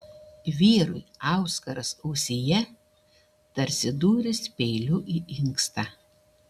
vyrui auskaras ausyje tarsi dūris peiliu į inkstą